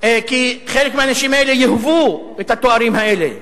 כי חלק מהאנשים האלה יאהבו את התארים האלה,